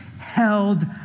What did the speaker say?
held